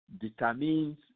determines